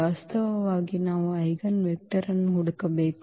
ವಾಸ್ತವವಾಗಿ ನಾವು eigen vector ಅನ್ನು ಹುಡುಕಬೇಕು